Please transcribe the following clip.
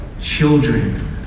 children